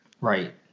Right